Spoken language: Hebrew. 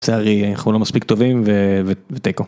לצערי אנחנו לא מספיק טובים ו ו.. ותקו.